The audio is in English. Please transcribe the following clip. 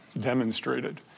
demonstrated